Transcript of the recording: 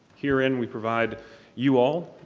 here in we provide you all,